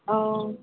অঁ